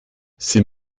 sie